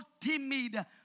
timid